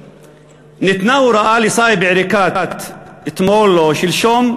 ניתנה הוראה לסאיב עריקאת אתמול או שלשום,